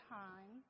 time